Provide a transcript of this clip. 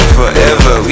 forever